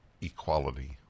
equality